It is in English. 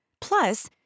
Plus